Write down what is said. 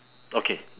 okay